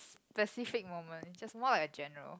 specific moment just more a general